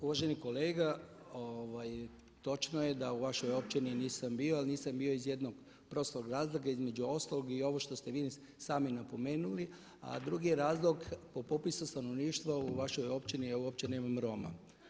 Uvaženi kolega, točno je da u vašoj općini nisam bio, ali nisam bio iz jednog prostog razloga, između ostalog i ovo što ste i vi sami napomenuli, a drugi je razlog po popisu stanovništva u vašoj općini ja uopće nemam Roma.